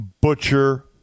Butcher